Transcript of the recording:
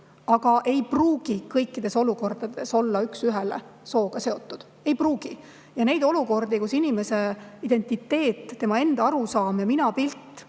aga ei pruugi kõikides olukordades olla üks ühele sooga seotud. Ei pruugi! See, et inimese identiteet, tema enda arusaam ja minapilt